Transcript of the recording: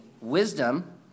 wisdom